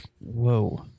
Whoa